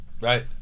Right